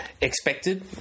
expected